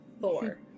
Four